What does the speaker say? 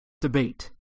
debate